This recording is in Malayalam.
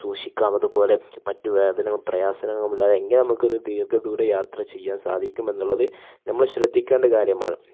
സൂക്ഷിക്കാം അത് പോലെ മറ്റ് വേദനയും പ്രയാസങ്ങളും ഇല്ലാതെ എങ്ങനെ നമുക്ക് ഒരു ദീർഘ ദൂര യാത്ര ചെയ്യാൻ സാധിക്കും എന്നുള്ളത് നമ്മൾ ശ്രദ്ധിക്കേണ്ട കാര്യമാണ്